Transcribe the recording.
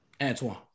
Antoine